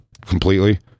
completely